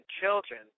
children